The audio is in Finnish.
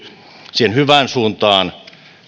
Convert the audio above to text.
siihen hyvään suuntaan